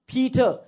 Peter